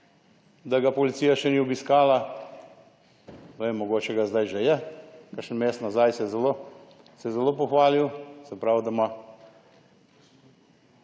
da ga policija še ni obiskala; ne vem, mogoče ga zdaj že je, kakšen mesec nazaj se je zelo hvalil. Se pravi, ali ima